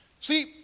See